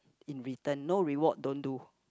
in return no reward don't do